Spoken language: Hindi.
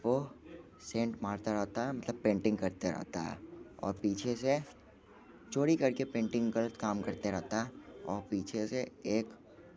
वो सेंट मारता रहता है मतलब पेंटिंग करते रहता है और पीछे से चोरी करके पेंटिंग गलत काम करते रहता है और पीछे से एक